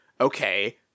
okay –